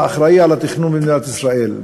האחראי לתכנון במדינת ישראל,